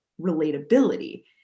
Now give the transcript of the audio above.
relatability